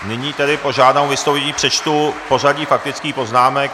Nyní tedy požádám o vystoupení... přečtu pořadí faktických poznámek.